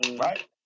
right